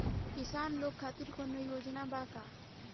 किसान लोग खातिर कौनों योजना बा का?